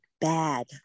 bad